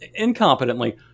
incompetently